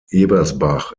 ebersbach